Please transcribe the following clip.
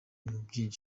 byinshi